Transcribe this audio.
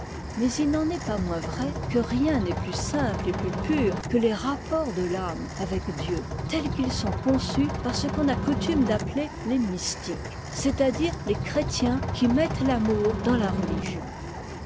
mais il n'en est pas moins vrai que rien n'est plus simple et plus pur que les rapports de l'âme avec dieu tels qu'its sont conçus par ce qu'on a coutume d'appeler les mysti ques c'est-à-dire les chrétiens qui mettent l'amour dans la religion